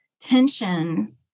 tension